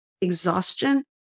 exhaustion